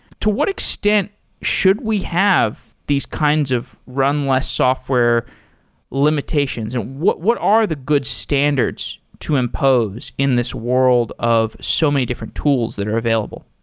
to what extent should we have these kinds of run less software limitations and what what are the good standards to impose in this world of so many different tools that are available?